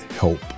help